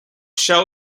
shell